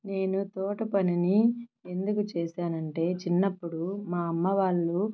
నేను తోట పనిని ఎందుకు చేశానంటే చిన్నప్పుడు మా అమ్మ వాళ్ళు